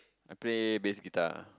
I play bass guitar